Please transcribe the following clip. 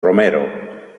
romero